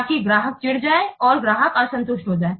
ताकि ग्राहक चिढ़ जाए और ग्राहक असंतुष्ट हो जाए